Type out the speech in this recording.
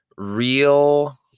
real